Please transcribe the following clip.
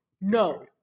No